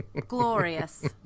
glorious